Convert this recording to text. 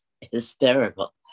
hysterical